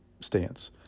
stance